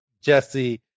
Jesse